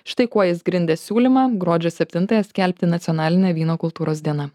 štai kuo jis grindė siūlymą gruodžio septintąją skelbti nacionaline vyno kultūros diena